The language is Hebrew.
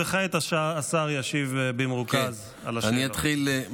כעת השר ישיב במרוכז על השאלות.